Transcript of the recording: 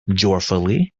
joyfully